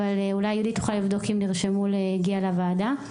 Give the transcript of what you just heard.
אבל אולי יהודית תוכל לבדוק אם הגיעו לוועדה.)